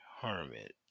hermit